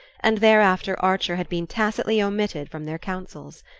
and thereafter archer had been tacitly omitted from their counsels.